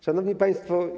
Szanowni Państwo!